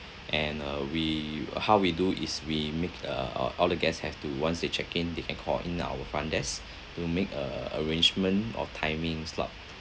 and uh we uh how we do is we make uh uh all the guests have to once they check in they can call in our front desk to make uh arrangement of timing slot